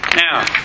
Now